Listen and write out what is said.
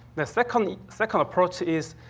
the second the second approach is